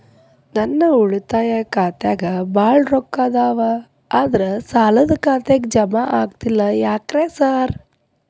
ನನ್ ಉಳಿತಾಯ ಖಾತ್ಯಾಗ ಬಾಳ್ ರೊಕ್ಕಾ ಅದಾವ ಆದ್ರೆ ಸಾಲ್ದ ಖಾತೆಗೆ ಜಮಾ ಆಗ್ತಿಲ್ಲ ಯಾಕ್ರೇ ಸಾರ್?